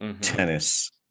tennis